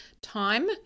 time